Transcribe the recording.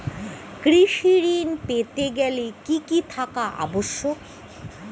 কৃষি ঋণ পেতে গেলে কি কি থাকা আবশ্যক?